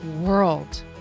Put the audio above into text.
world